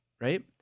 right